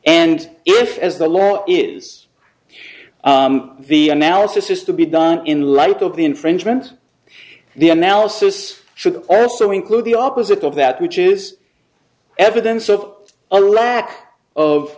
and if as the law is the analysis is to be done in light of the infringement the analysis should also include the opposite of that which is evidence of a lack of